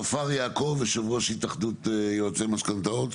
נופר יעקב, יושבת ראש התאחדות יועצי משכנתאות.